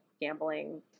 gambling